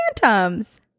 phantoms